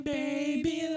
baby